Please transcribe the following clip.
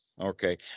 Okay